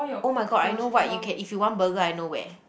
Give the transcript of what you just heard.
oh my god I know what you can if you want burger I know where